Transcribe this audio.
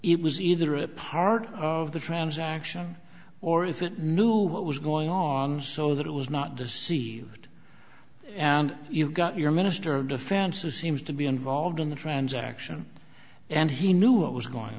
it was either a part of the transaction or if it knew what was going on so that it was not deceived and you got your minister of defense who seems to be involved in the transaction and he knew what was going